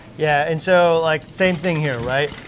yeah and so like same thing here right.